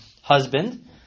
husband